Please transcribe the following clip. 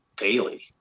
Daily